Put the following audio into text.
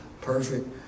perfect